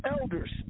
elders